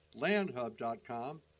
LandHub.com